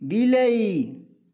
ବିଲେଇ